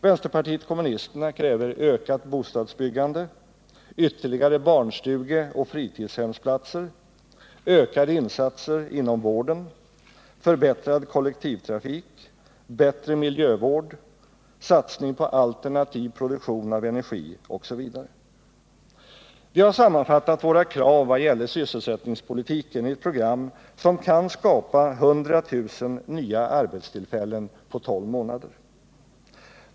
Vänsterpartiet kommunisterna kräver ökat bostadsbyggande, ytterligare barnstugeoch fritidshemsplatser, ökade insatser inom vården, förbättrad kollektivtrafik, bättre miljövård, satsning på alternativ produktion av energi osv. Vi har sammanfattat våra krav vad gäller sysselsättningspolitiken i ett program som kan skapa 100 000 nya arbetstillfällen på tolv månader.